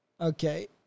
Okay